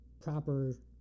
proper